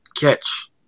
catch